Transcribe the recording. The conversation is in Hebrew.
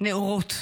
נאורות.